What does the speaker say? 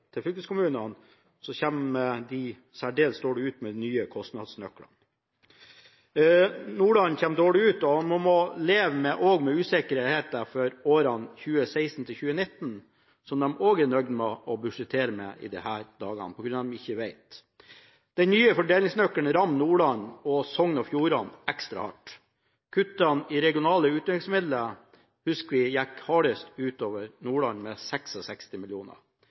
til fylkeskommunene i forliket, kommer de særdeles dårlig ut med de nye kostnadsnøklene. Nordland kommer dårlig ut, og man må også leve med usikkerheten for årene 2016–2019, som de også er nødt til å budsjettere for i disse dager, fordi de ikke vet. Den nye fordelingsnøkkelen rammer Nordland og Sogn og Fjordane ekstra hardt. Kuttene i regionale utviklingsmidler husker vi gikk hardest ut over Nordland, med